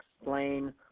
explain